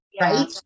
Right